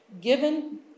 given